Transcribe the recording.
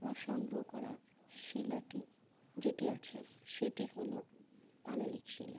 আমার সংগ্রহ করা শিলাটি যেটি আছে সেটি হলো পাললিক শিলা